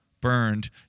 burned